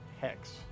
Hex